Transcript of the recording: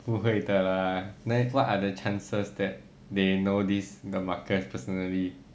不会的 lah 哪里 what are the chances that they know this the marcus personally